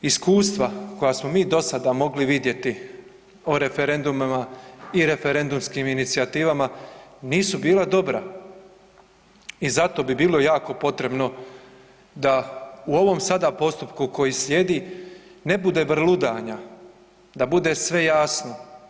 Iskustva koja smo mi dosada mogli vidjeti o referendumima i referendumskim inicijativama nisu bila dobra i zato bi bilo jako potrebno da u ovom sada postupku koji slijedi ne bude vrludanja, da bude sve jasno.